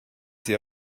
sie